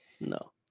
no